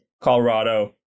Colorado